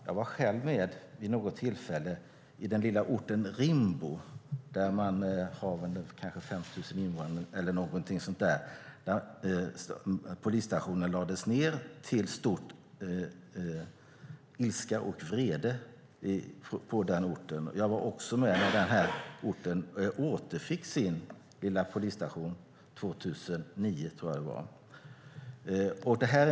Jag var själv med vid något tillfälle i den lilla orten Rimbo, som har kanske 5 000 invånare, där polisstationen lades ned och det blev stor ilska och vrede. Jag var också med när denna ort återfick sin lilla polisstation 2009, tror jag att det var.